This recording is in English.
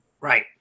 Right